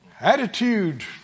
attitude